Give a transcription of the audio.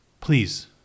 Please